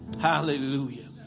Hallelujah